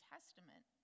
Testament